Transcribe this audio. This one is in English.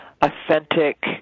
authentic